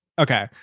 Okay